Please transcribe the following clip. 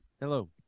Hello